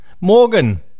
Morgan